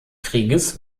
krieges